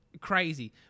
crazy